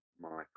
Michael